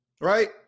right